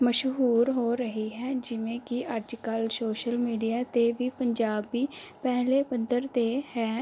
ਮਸ਼ਹੂਰ ਹੋ ਰਹੀ ਹੈ ਜਿਵੇਂ ਕਿ ਅੱਜ ਕੱਲ੍ਹ ਸ਼ੋਸ਼ਲ ਮੀਡੀਆ 'ਤੇ ਵੀ ਪੰਜਾਬੀ ਪਹਿਲੇ ਪੱਧਰ 'ਤੇ ਹੈ